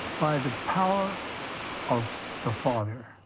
by the power of the father,